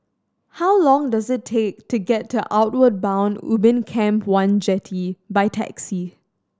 how long does it take to get to Outward Bound Ubin Camp One Jetty by taxi